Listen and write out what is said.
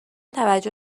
توجه